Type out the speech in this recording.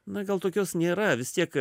na gal tokios nėra vis tiek